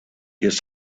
his